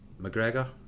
McGregor